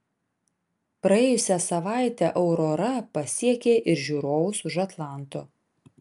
praėjusią savaitę aurora pasiekė ir žiūrovus už atlanto